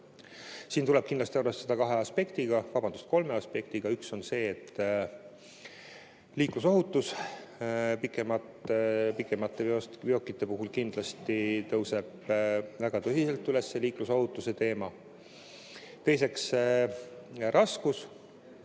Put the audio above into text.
Siin tuleb kindlasti arvestada kahte aspekti, vabandust, kolme aspekti. Üks on liiklusohutus pikemate veokite puhul – kindlasti tõuseb väga tõsiselt üles liiklusohutuse teema. Teiseks, raskus.